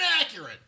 inaccurate